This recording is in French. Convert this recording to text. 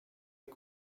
est